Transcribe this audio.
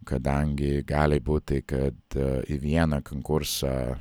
kadangi gali būti kad į vieną konkursą